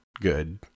good